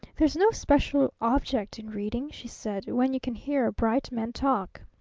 there's no special object in reading, she said, when you can hear a bright man talk!